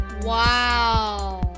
Wow